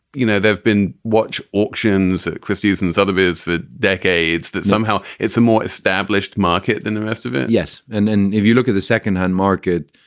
you know, they've been watch auctions at christie's and other bids for decades, that somehow it's a more established market than the rest of it. yes and then if you look at the second hand market,